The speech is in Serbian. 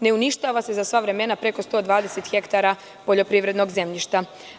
Ne uništava se za sva vremena preko 120 ha poljoprivrednog zemljišta.